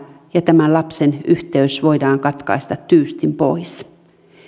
ja tämän lapsen yhteys voidaan katkaista tyystin pois